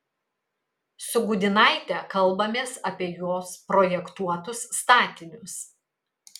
su gudynaite kalbamės apie jos projektuotus statinius